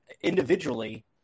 individually